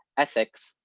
ethics,